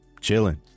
chilling